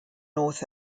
north